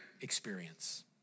experience